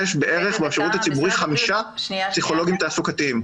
יש בשירות הציבורי בערך חמישה פסיכולוגים תעסוקתיים,